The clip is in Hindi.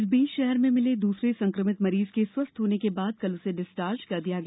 इस बीच शहर में मिले दूसरा संक्रमित मरीज के स्वस्थ होने के बाद कल उसे डिस्चार्ज कर दिया गया